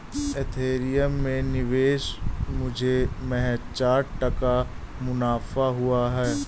Ethereum में निवेश मुझे महज चार टका मुनाफा हुआ